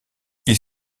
ils